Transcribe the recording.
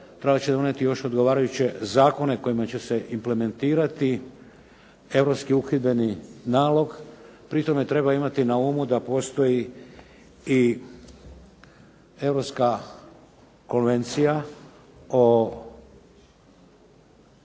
trebat će donijeti još odgovarajuće zakone kojima će se implementirati europski uhidbeni nalog. Pri tome treba imati na umu da postoji i Europska konvencija o